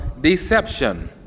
deception